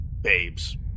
Babes